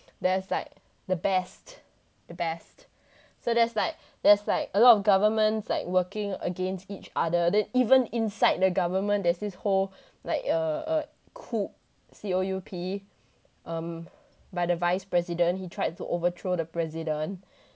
there's like the best the best so there's like there's like a lot of governments like working against each other then even inside the government there's this whole like uh a coup C O U P um by the vice president he tried to overthrow the president